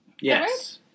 Yes